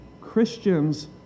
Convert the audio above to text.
Christians